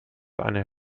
eine